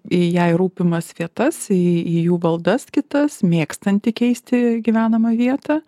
į jai rūpimas vietas į į jų valdas kitas mėgstanti keisti gyvenamą vietą